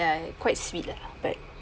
ya quite sweet lah but